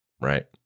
right